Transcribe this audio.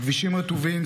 הכבישים רטובים,